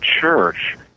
Church